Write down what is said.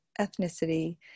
ethnicity